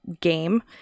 game